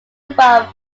above